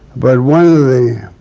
but one of the